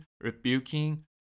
rebuking